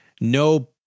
no